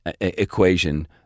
equation